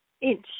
inch